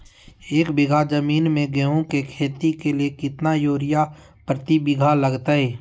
एक बिघा जमीन में गेहूं के खेती के लिए कितना यूरिया प्रति बीघा लगतय?